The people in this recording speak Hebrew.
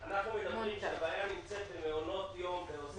הבעיה נמצאת במעונות יום --- נמצא